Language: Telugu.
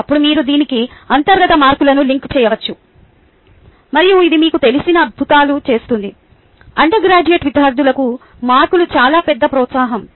అప్పుడు మీరు దీనికి అంతర్గత మార్కులను లింక్ చేయవచ్చు మరియు ఇది మీకు తెలిసిన అద్భుతాలు చేస్తుంది అండర్ గ్రాడ్యుయేట్ విద్యార్థులకు మార్కులు చాలా పెద్ద ప్రోత్సాహకం